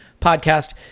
podcast